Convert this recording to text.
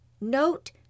Note